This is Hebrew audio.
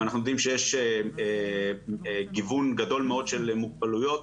אנחנו יודעים שיש גיוון גדול מאוד של מוגבלויות,